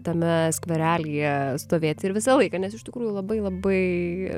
tame skverelyje stovėti ir visą laiką nes iš tikrųjų labai labai